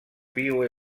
più